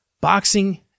Boxing